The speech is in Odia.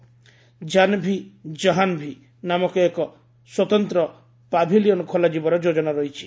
'ଜାନ୍ ଭି କହାନ୍ ଭି' ନାମକ ଏକ ସ୍ୱତନ୍ତ୍ର ପାଭିଲିୟନ ଖୋଲାଯିବାର ଯୋଜନା ରହିଛି